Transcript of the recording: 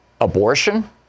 abortion